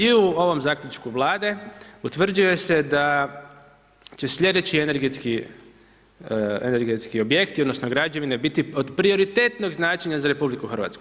I u ovom zaključku Vlade utvrđuje se da će slijedeći energetski objekti odnosno građevine biti od prioritetnog značaja za RH.